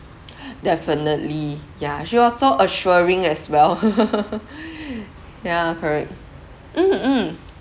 definitely yeah she was so assuring as well yeah correct mm mm